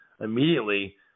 immediately